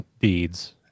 Deeds